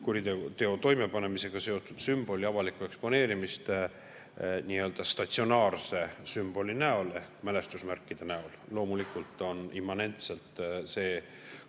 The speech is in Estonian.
[sõja]kuriteo toimepanemisega seotud sümboli avalikust eksponeerimisest nii-öelda statsionaarse sümbolina ehk mälestusmärgina. Loomulikult on immanentselt siis,